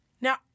Now